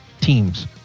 teams